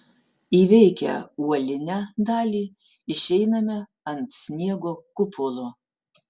įveikę uolinę dalį išeiname ant sniego kupolo